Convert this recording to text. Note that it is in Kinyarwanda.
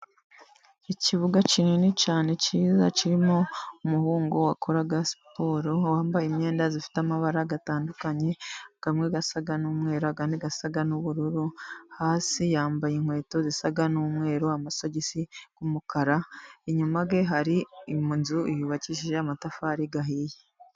Ikibuga kinini cyane cyiza, kirimo umuhungu ukora siporo, wambaye imyenda ifite amabara atandukanye amwe gasaga n'umweru andi asa n'ubururu, hasi yambaye inkweto zisa n'umweru, amasogisi y'umukara, inyuma ye hari inzu yubakishije amatafari ahiye.